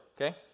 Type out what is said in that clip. okay